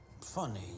Funny